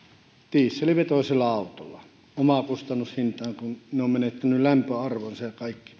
dieselvetoisella autolla omakustannushintaan kun ne ovat menettäneet lämpöarvonsa ja kaikki